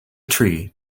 tree